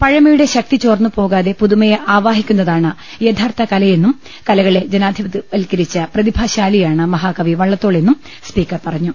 പഴമയുടെ ശക്തി ചോർന്നുപോകാതെ പുതുമയെ ആവാഹിക്കുന്നതാണ് യഥാർത്ഥകല യെന്നും കലകളെ ജനാധിപത്യവത്കരിച്ച പ്രതിഭാശാലിയാണ് മഹാകവി വള്ളത്തോൾ എന്നും സ്പീക്കർ പറഞ്ഞു